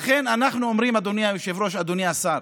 לכן, אדוני היושב-ראש, אדוני השר,